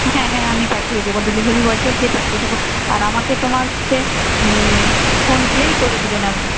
হ্যাঁ হ্যাঁ আমি পাঠিয়ে দেবো ডেলিভারি বয়কে দিয়ে পাঠিয়ে দেবো আর আমাকে তোমার ফোন পেই করে দেবেন আপনি